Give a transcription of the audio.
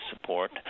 support